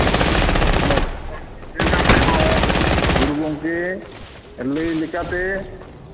ᱚᱱᱟ ᱥᱟᱱᱛᱟᱲ ᱵᱤᱫᱽᱫᱟᱹᱜᱟᱲ ᱨᱮᱦᱚᱸ ᱜᱩᱨᱩ ᱜᱚᱝᱠᱮ ᱞᱟᱹᱭ ᱞᱮᱠᱟᱛᱮ